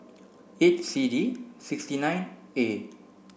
eight C D six nine A